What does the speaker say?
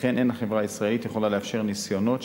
לכן אין החברה הישראלית יכולה לאפשר "ניסיונות",